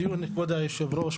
בדיון לכבוד יושב הראש,